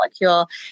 molecule